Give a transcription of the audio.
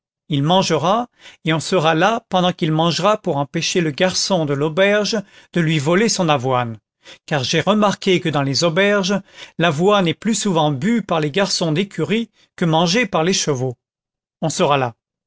il mangera et on sera là pendant qu'il mangera pour empêcher le garçon de l'auberge de lui voler son avoine car j'ai remarqué que dans les auberges l'avoine est plus souvent bue par les garçons d'écurie que mangée par les chevaux on sera là